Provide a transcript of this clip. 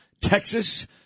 Texas